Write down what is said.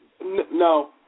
No